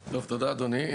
תודה, אדוני.